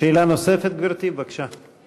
שאלה נוספת, גברתי, בבקשה.